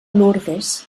lourdes